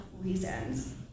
reasons